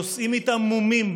נושאים איתם מומים,